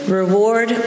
reward